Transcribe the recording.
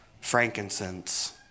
frankincense